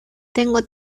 tengo